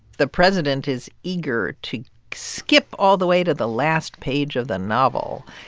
the president is eager to skip all the way to the last page of the novel,